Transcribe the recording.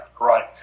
right